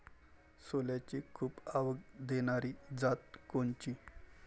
सोल्याची खूप आवक देनारी जात कोनची?